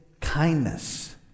kindness